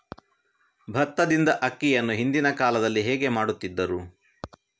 ಭತ್ತದಿಂದ ಅಕ್ಕಿಯನ್ನು ಹಿಂದಿನ ಕಾಲದಲ್ಲಿ ಹೇಗೆ ಮಾಡುತಿದ್ದರು?